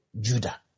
Judah